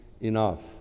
enough